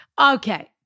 Okay